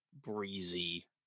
breezy